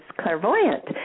clairvoyant